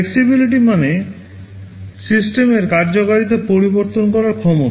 Flexibility মানে সিস্টেমের কার্যকারিতা পরিবর্তন করার ক্ষমতা